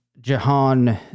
Jahan